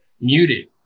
muted